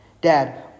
Dad